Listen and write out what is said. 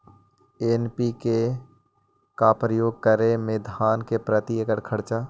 NPK का प्रयोग करे मे धान मे प्रती एकड़ खर्चा?